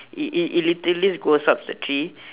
it it it literally goes up the tree